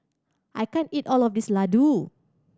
I can't eat all of this Ladoo